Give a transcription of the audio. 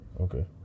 okay